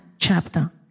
chapter